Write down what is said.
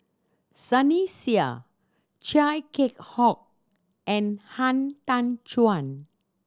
Sunny Sia Chia Keng Hock and Han Tan Juan